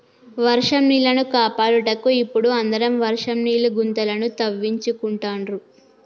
వర్షం నీళ్లను కాపాడుటకు ఇపుడు అందరు వర్షం నీళ్ల గుంతలను తవ్వించుకుంటాండ్రు